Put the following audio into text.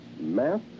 Math